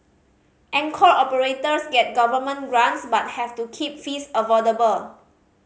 anchor operators get government grants but have to keep fees affordable